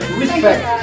respect